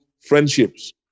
friendships